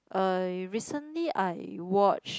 uh recently I watch